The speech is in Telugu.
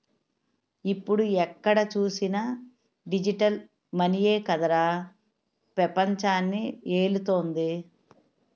ఇప్పుడు ఎక్కడ చూసినా డిజిటల్ మనీయే కదరా పెపంచాన్ని ఏలుతోంది